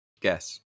Guess